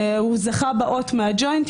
הוא זכה באות מהג'וינט,